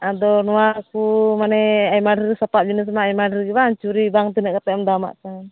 ᱟᱫᱚ ᱱᱚᱣᱟ ᱠᱚ ᱢᱟᱱᱮ ᱟᱭᱢᱟ ᱰᱷᱮᱨ ᱥᱟᱯᱟᱵ ᱡᱤᱱᱤᱥ ᱢᱟ ᱟᱭᱢᱟ ᱰᱷᱮᱨᱜᱮ ᱵᱟᱝ ᱪᱩᱲᱤ ᱵᱟᱝ ᱛᱤᱱᱟᱹᱜ ᱠᱟᱛᱮᱫ ᱮᱢ ᱫᱟᱢᱟᱜ ᱠᱟᱱᱟ